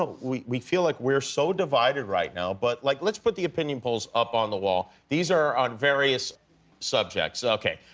ah we we feel like we're so divided right now. but like let's put the opinion polls up on the wall. these are on various subjects. okay.